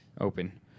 open